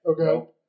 Okay